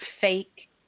fake